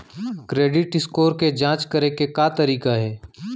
Credit score के जाँच करे के का तरीका हे?